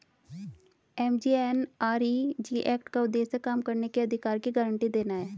MGNREG act का उद्देश्य काम करने के अधिकार की गारंटी देना है